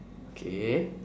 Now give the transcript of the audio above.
K